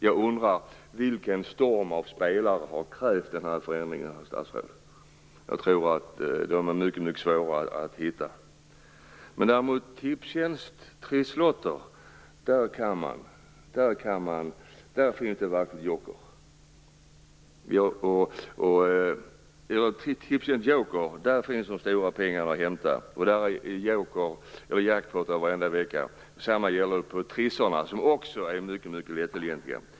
Jag undrar om det är en storm av spelare som har krävt denna förändring, herr statsråd. Jag tror att de spelarna är mycket svåra att hitta. Däremot finns de stora pengarna att hämta på Tipstjänsts joker. Det är jackpot varje vecka. Detsamma gäller trisslotterna, som också är mycket lätttillgängliga.